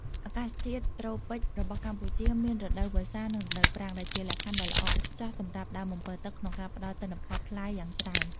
អាកាសធាតុត្រូពិចរបស់កម្ពុជាមានរដូវវស្សា និងរដូវប្រាំង ដែលជាលក្ខខណ្ឌដ៏ល្អឥតខ្ចោះសម្រាប់ដើមអម្ពិលទឹកក្នុងការផ្តល់ទិន្នផលផ្លែយ៉ាងច្រើន។